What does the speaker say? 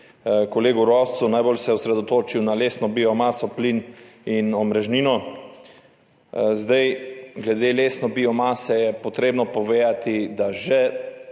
kolegu Roscu. Najbolj se je osredotočil na lesno biomaso, plin in omrežnino. Glede lesne biomase je treba povedati, da že